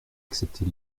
accepter